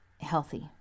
healthy